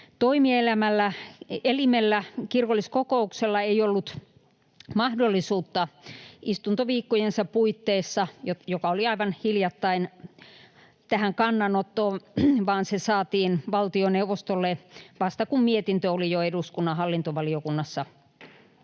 toimielimellä, kirkolliskokouksella, ei ollut mahdollisuutta istuntoviikkojensa puitteissa, jotka olivat aivan hiljattain, tähän kannanottoon, vaan se saatiin valtioneuvostolle vasta, kun mietintö oli jo eduskunnan hallintovaliokunnassa